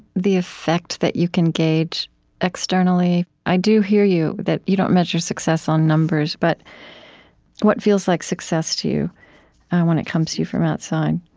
the effect that you can gauge externally, i do hear you that you don't measure success on numbers. but what feels like success to you when it comes to you from outside?